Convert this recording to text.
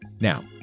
now